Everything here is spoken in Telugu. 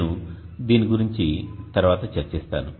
నేను దీని గురించి తరువాత చర్చిస్తాను